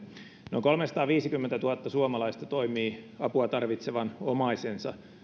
noin kolmesataaviisikymmentätuhatta suomalaista toimii apua tarvitsevan omaisensa